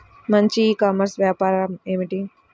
మంచి e commerce వ్యాపారం ఏమిటీ?